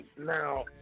Now